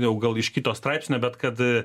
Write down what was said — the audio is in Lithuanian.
jau gal iš kito straipsnio bet kad